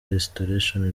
restoration